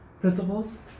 principles